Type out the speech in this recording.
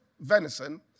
venison